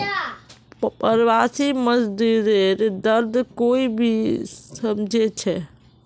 प्रवासी मजदूरेर दर्द कोई नी समझे छे